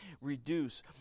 reduce